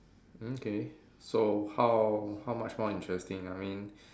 mm okay so how how much more interesting I mean